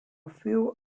few